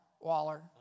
waller